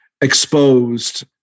exposed